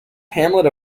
hamlet